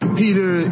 peter